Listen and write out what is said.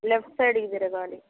left సైడ్కి తిరగాలి